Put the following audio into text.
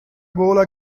gola